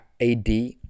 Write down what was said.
AD